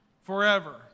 forever